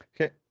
okay